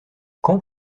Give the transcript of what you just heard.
quand